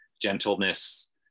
gentleness